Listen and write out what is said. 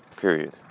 period